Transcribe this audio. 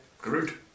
Groot